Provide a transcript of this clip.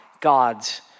God's